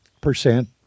percent